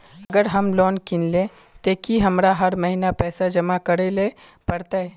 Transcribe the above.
अगर हम लोन किनले ते की हमरा हर महीना पैसा जमा करे ले पड़ते?